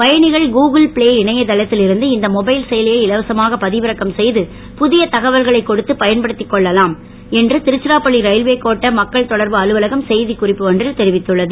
பயணிகள் Google Play இணையதளத்தில் இருந்து இந்த மொபைல் செயலியை இலவசமாக பதிவிறக்கம் செய்து புதிய தகவல்களை கொடுத்து பயன்படுத்தி கொள்ளலாம் என்று திருச்சிராப்பள்ளி ரயில்வே கோட்ட மக்கள் தொடர்பு அலுவலகம் செய்திக் குறிப்பு ஒன்றில் தெரிவித்துள்ளது